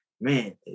Man